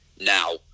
now